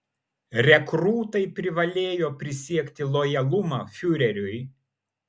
rekrūtai privalėjo prisiekti lojalumą fiureriui